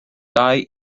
dau